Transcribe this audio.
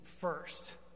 first